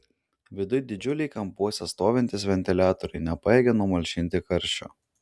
viduj didžiuliai kampuose stovintys ventiliatoriai nepajėgė numalšinti karščio